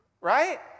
Right